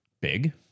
big